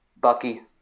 Bucky